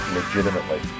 legitimately